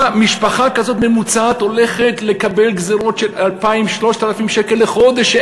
משפחה ממוצעת כזאת הולכת לקבל גזירות של 2,000 3,000 שקל לחודש,